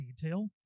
detail